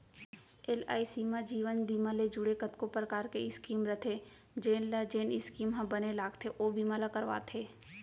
LIC म जीवन बीमा ले जुड़े कतको परकार के स्कीम रथे जेन ल जेन स्कीम ह बने लागथे ओ बीमा ल करवाथे